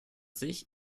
sich